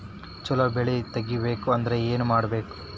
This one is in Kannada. ಛಲೋ ಬೆಳಿ ತೆಗೇಬೇಕ ಅಂದ್ರ ಏನು ಮಾಡ್ಬೇಕ್?